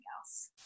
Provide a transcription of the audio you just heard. else